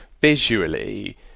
visually